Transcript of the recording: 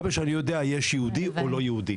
כמה שאני יודע, יש יהודי או לא יהודי.